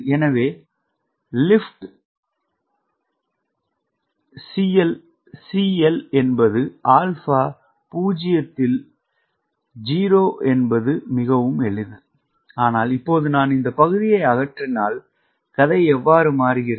எனவே நிகர லிப்ட் நிகர CL என்பது 𝛼 0 இல் 0 என்பது மிகவும் எளிது ஆனால் இப்போது நான் இந்த பகுதியை அகற்றினால் கதை எவ்வாறு மாறுகிறது